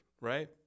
right